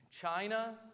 China